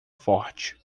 forte